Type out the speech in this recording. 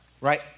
right